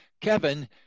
Kevin